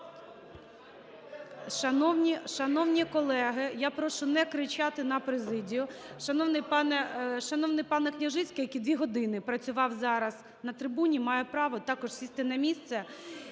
Шановні колеги, я прошу не кричати на президію. Шановний панеКняжицький, який 2 години працював зараз на трибуні, має право також сісти на місце